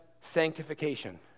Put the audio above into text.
sanctification